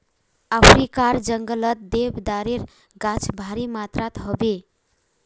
अफ्रीकार जंगलत देवदारेर गाछ भारी मात्रात ह बे